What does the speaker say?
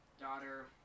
daughter